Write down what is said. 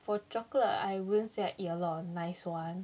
for chocolate I wouldn't say I eat a lot of nice one